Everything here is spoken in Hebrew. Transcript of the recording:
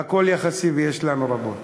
והכול יחסי, ויש לנו רבות.